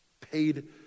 Paid